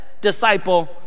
disciple